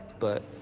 but,